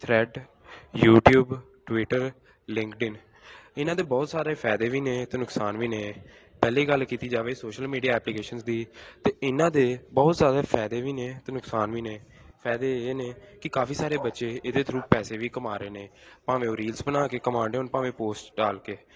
thread YouTube Twitter LinkedIn ਇਹਨਾਂ ਦੇ ਬਹੁਤ ਸਾਰੇ ਫਾਇਦੇ ਵੀ ਨੇ ਅਤੇ ਨੁਕਸਾਨ ਵੀ ਨੇ ਪਹਿਲੀ ਗੱਲ ਕੀਤੀ ਜਾਵੇ ਸੋਸ਼ਲ ਮੀਡੀਆ ਐਪਲੀਕੇਸ਼ਨਸ ਦੀ ਤਾਂ ਇਹਨਾਂ ਦੇ ਬਹੁਤ ਜ਼ਿਆਦਾ ਫਾਇਦੇ ਵੀ ਨੇ ਅਤੇ ਨੁਕਸਾਨ ਵੀ ਨੇ ਫਾਇਦੇ ਇਹ ਨੇ ਕਿ ਕਾਫੀ ਸਾਰੇ ਬੱਚੇ ਇਹਦੇ ਥਰੂ ਪੈਸੇ ਵੀ ਕਮਾ ਰਹੇ ਨੇ ਭਾਵੇਂ ਉਹ ਰੀਲਸ ਬਣਾ ਕੇ ਕਮਾਣਡੇ ਹੋਣ ਭਾਵੇਂ ਪੋਸਟ ਡਾਲ ਕੇ